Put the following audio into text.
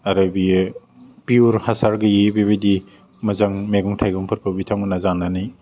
आरो बेयो पियर हासार गैयै बेबायदि मोजां मैगं थाइगंफोरखौ बिथांमोनहा जानानै